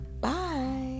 Bye